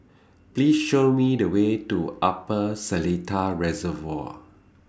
Please Show Me The Way to Upper Seletar Reservoir